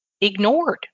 ignored